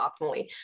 optimally